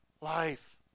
life